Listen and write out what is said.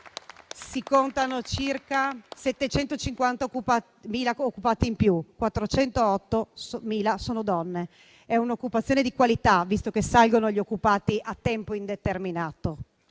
si contano circa 750.000 occupati in più: 408.000 dei quali sono donne. È un'occupazione di qualità, visto che salgono gli occupati a tempo indeterminato.